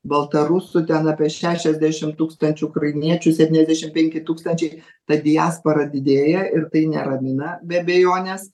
baltarusų ten apie šešiasdešim tūkstančių ukrainiečių septyniasdešim penki tūkstančiai ta diaspora didėja ir tai neramina be abejonės